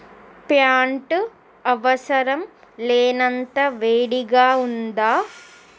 pant అవసరం లేనంత వేడిగా ఉందా